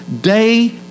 day